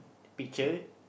picture